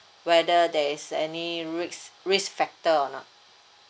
whether there is any risk risk factor or not